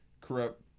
Corrupt